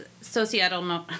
societal